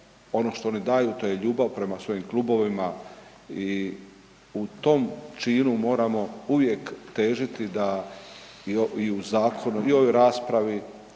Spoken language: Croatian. ono što oni daju to je ljubav prema svojim klubovima i u tom činu moramo uvijek težiti da i u zakonu i u ovoj raspravi,